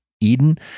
Eden